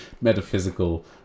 metaphysical